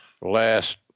last